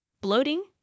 bloating